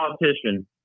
politician